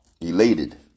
elated